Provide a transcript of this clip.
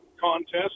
contest